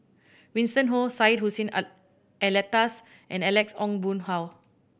Winston Oh Syed Hussein Alatas and Alex Ong Boon Hau